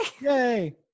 Yay